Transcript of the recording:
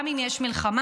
גם אם יש מלחמה,